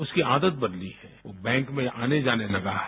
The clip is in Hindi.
उसकी आदत बनी है बैंक में आने जाने लगा है